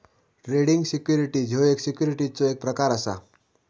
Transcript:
trading securities ह्यो सिक्युरिटीजचो एक प्रकार असा